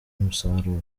umusaruro